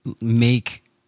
make